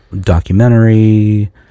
documentary